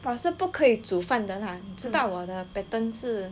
我是不可以煮饭的 lah 你知道我的 pattern 是